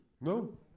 No